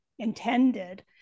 intended